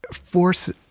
force